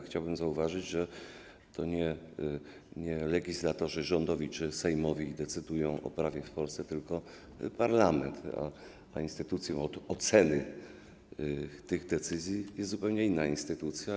Chciałbym zauważyć, że to nie legislatorzy rządowi czy sejmowi decydują o prawie w Polsce, tylko parlament, a instytucją od oceny tych decyzji jest zupełnie inna instytucja.